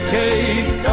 take